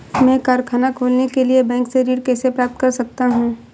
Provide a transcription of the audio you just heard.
मैं कारखाना खोलने के लिए बैंक से ऋण कैसे प्राप्त कर सकता हूँ?